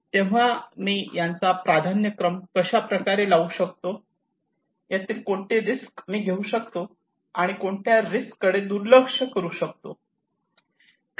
तेव्हा मी यांचा प्राधान्यक्रम कशाप्रकारे लावू शकतो यातील कोणती रिस्क मी घेऊ शकतो आणि कोणत्या रिस्क कडे दुर्लक्ष करू शकतो